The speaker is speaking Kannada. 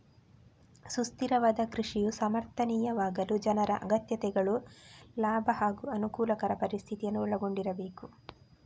ಸುಸ್ಥಿರವಾದ ಕೃಷಿಯು ಸಮರ್ಥನೀಯವಾಗಲು ಜನರ ಅಗತ್ಯತೆಗಳು ಲಾಭ ಹಾಗೂ ಅನುಕೂಲಕರ ಪರಿಸ್ಥಿತಿಯನ್ನು ಒಳಗೊಂಡಿರಬೇಕು